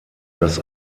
dass